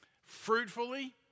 fruitfully